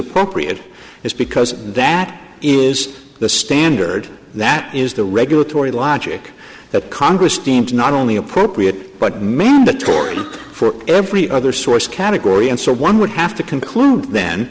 appropriate is because that is the standard that is the regulatory logic that congress deems not only appropriate but mandatory for every other source category and so one would have to conclude then